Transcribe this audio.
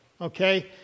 Okay